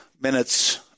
minutes